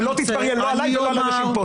אתה לא תתבריין לא עליי ולא על אנשים פה.